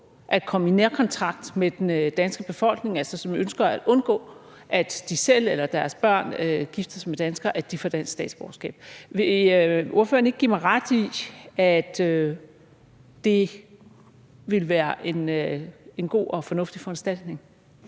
at komme i nærkontakt med den danske befolkning, og som altså ønsker at undgå, at de selv eller deres børn gifter sig med danskere, ikke får et dansk statsborgerskab. Vil ordføreren ikke give mig ret i, at det ville være en god og fornuftig foranstaltning?